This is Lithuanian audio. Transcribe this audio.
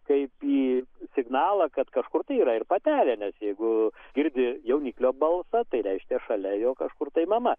kaip į signalą kad kažkur tai yra ir patelė nes jeigu girdi jauniklio balsą tai reiškia šalia jo kažkur tai mama